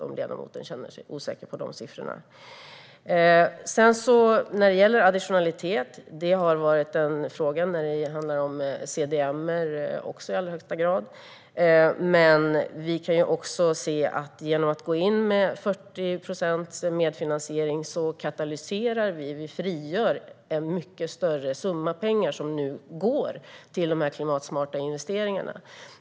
Om ledamoten känner sig osäker på de siffrorna kan vi reda ut det efteråt. När det gäller additionalitet har det i allra högsta grad varit en fråga också när det gäller CDM-projekt. Men genom att gå in med 40 procents medfinansiering katalyserar, frigör, vi en mycket större summa pengar som går till de klimatsmarta investeringarna.